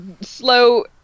slow